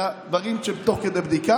אלא אומר דברים תוך כדי בדיקה.